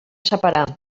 separar